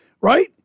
Right